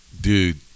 dude